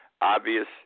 obvious